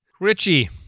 Richie